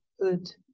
Good